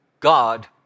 God